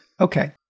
Okay